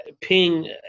Ping